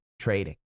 trading